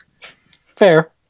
Fair